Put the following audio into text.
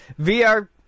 VR